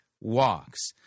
walks